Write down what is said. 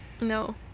No